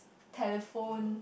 telephone